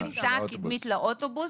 בכניסה הקדמית לאוטובוס,